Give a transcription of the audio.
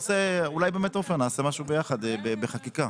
אולי, עופר, נעשה משהו ביחד בחקיקה.